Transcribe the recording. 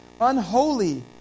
unholy